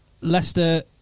Leicester